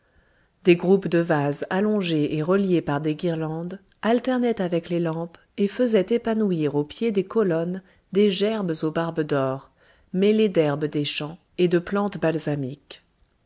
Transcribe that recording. des groupes de vases allongés et reliés par des guirlandes alternaient avec les lampes et faisaient épanouir au pied des colonnes des gerbes aux barbes d'or mêlées d'herbes des champs et de plantes balsamiques